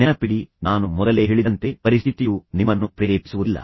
ನೆನಪಿಡಿ ನಾನು ಮೊದಲೇ ಹೇಳಿದಂತೆ ಪರಿಸ್ಥಿತಿಯು ನಿಮ್ಮನ್ನು ಪ್ರೇರೇಪಿಸುವುದಿಲ್ಲ